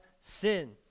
sin